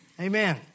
Amen